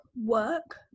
work